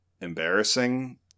embarrassing